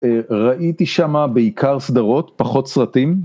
ראיתי שם בעיקר סדרות, פחות סרטים.